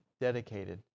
dedicated